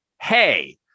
hey